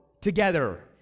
together